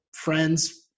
friends